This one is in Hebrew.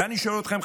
ואני שואל אתכם,